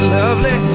lovely